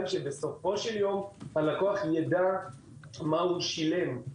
שבסופו של יום הלקוח יידע מה הוא שילם.